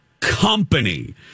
company